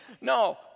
No